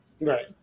right